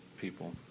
people